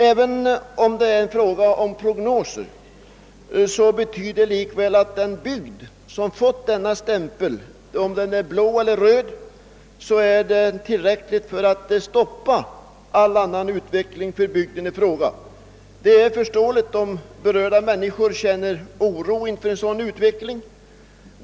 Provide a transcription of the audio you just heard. även om det här är fråga om prognoser så är denna stämpel — vare sig den är blå eller röd — tillräcklig för att stoppa all utveckling för bygden i fråga. Det är förståeligt om berörda människor känner oro inför en sådan utveckling.